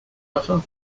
often